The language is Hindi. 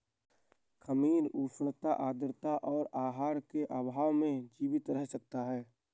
खमीर उष्णता आद्रता और आहार के अभाव में जीवित रह सकता है